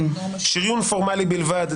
שריון פורמלי בלבד,